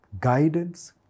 guidance